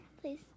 Please